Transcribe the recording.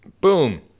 boom